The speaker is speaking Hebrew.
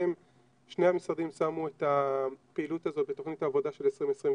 שני המשרדים שמו את הפעילות הזו בתוכנית העבודה של 2021,